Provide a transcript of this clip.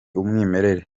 umwimerere